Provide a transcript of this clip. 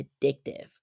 addictive